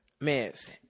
miss